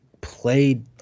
played